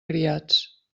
criats